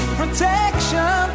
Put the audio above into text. protection